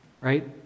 Right